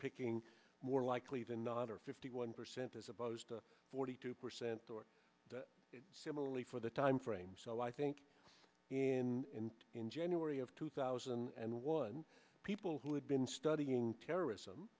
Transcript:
picking more likely than the other fifty one percent as opposed to forty two percent or similarly for the time frame so i think in in january of two thousand and one people we've been studying terrorism